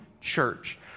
church